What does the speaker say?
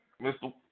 Mr